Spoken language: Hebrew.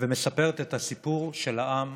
ומספרת את הסיפור של העם